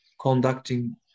conducting